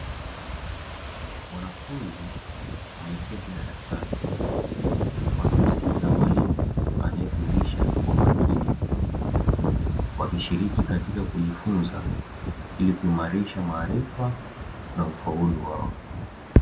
Wanafunzi wameketi darasani wakimsikiliza mwalimu anaefundisha kwa makini, wakishiriki katika kujifunza ili kuimarisha maarifa na ufaulu wao.